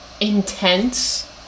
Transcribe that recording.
intense